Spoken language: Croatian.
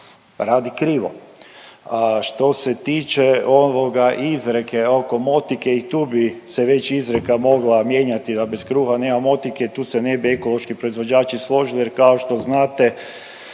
radi krivo. Što se tiče ovoga izrike oko motike i tu bi se već izreka mogla mijenjati da bez kruha nema motike. Tu se ne bi ekološki proizvođači složili, jer kao što znate